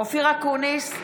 אופיר אקוניס,